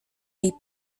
jej